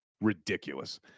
ridiculous